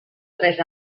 tres